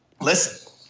Listen